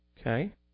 Okay